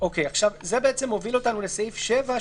זה מוביל אותנו לסעיף 7,